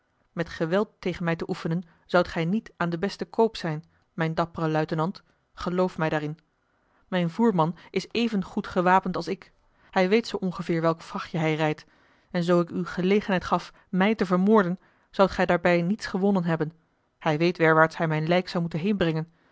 et geweld tegen mij te oefenen zoudt gij niet aan den besten koop zijn mijn dappere luitenant geloof mij daarin mijn voerman is evengoed gewapend als ik hij weet zoo ongeveer welk vrachtje hij rijdt en zoo ik u gelegenheid gaf mij te vermoorden zoudt gij daarbij niets gewonnen hebben hij weet werwaarts hij mijn lijk zou moeten heenbrengen